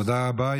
תודה רבה.